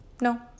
no